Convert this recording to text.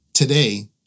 Today